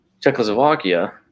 Czechoslovakia